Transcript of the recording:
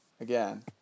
again